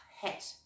hat